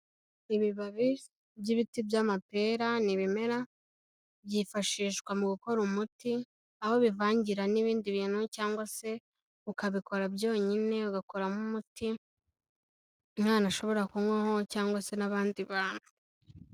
Ibibabi by'ibiti by'amapera ni'ibimera byifashishwa mu gukora umuti aho bivangira n'ibindi bintu cyangwa se ukabikora byonyine ugakoramo umuti umwana ashobora kunywaho cyangwa se n'abandi bantu.